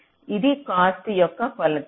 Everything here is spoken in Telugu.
ఇది కాస్ట్ యొక్క కొలత